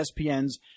ESPN's